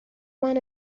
منو